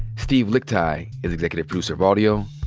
steve lickteig is executive producer of audio.